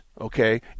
okay